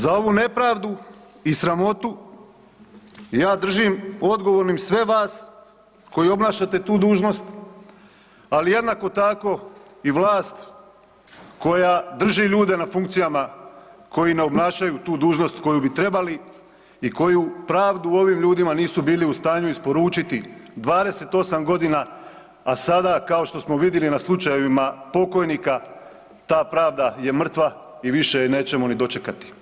Za ovu nepravdu i sramotu ja držim odgovornim sve vas koji obnašate tu dužnost, ali jednako tako i vlast koja drži ljude na funkcijama koji ne obnašaju tu dužnost koju bi trebali i koji pravdu ovim ljudima nisu bili u stanju isporučiti 28 godina, a sada kao što smo vidjeli na slučajevima pokojnika ta pravda je mrtva i više je nećemo ni dočekati.